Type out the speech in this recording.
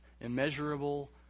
immeasurable